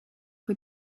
who